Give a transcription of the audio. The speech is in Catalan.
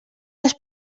les